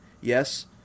Yes